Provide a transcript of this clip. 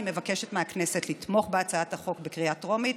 אני מבקשת מהכנסת לתמוך בהצעת החוק בקריאה טרומית.